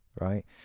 right